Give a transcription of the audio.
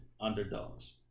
Underdogs